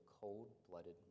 cold-blooded